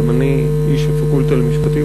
גם אני איש הפקולטה למשפטים,